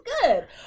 good